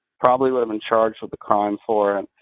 probably would've been charged with a crime for it,